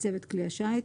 צוות כלי השיט.